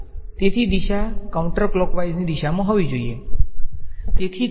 તેથી દિશા કાઉન્ટરક્લોકવાઇઝની દિશામાં હોવી જોઈએ